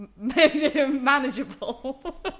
manageable